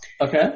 Okay